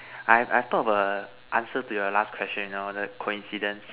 I I have thought of a answer to your last question you know the coincidence